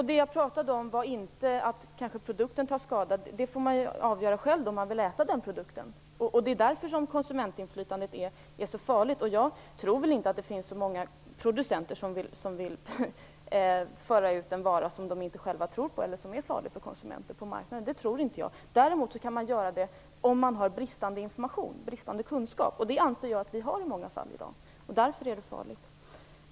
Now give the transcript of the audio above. Det jag pratade om var inte att produkten tar skada - då får man väl själv avgöra om man vill äta den produkten. Det är därför konsumentinflytandet är så farligt. Jag tror inte att det finns så många producenter som vill föra ut en vara som är farlig för konsumenterna - det tror inte jag. Däremot kan det hända att man gör det om man har bristande information, bristande kunskap, och det anser jag att vi i många fall har i dag. Därför är det farligt.